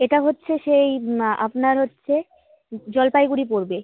এটা হচ্ছে সেই আপনার হচ্ছে জলপাইগুড়ি পড়বে